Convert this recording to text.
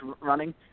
running